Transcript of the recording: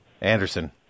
Anderson